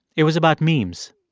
it was about memes.